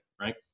right